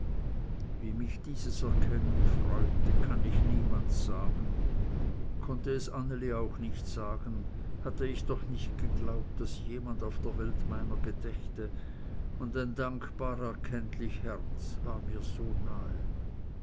wie mich dieses erkennen freute kann ich niemand sagen konnte es anneli auch nicht sagen hatte ich doch nicht geglaubt daß jemand auf der welt meiner gedächte und ein dankbar erkenntlich herz war mir so nahe